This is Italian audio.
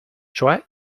cioè